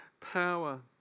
power